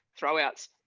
throwouts